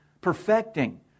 perfecting